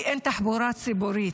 כי אין תחבורה ציבורית.